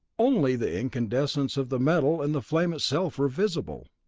only the incandescence of the metal and the flame itself were visible.